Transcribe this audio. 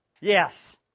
Yes